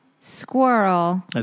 squirrel